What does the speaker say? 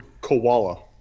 koala